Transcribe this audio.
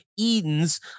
eden's